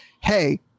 Hey